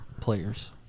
players